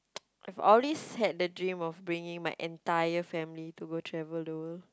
I've always had the dream of bringing my entire family to go travel though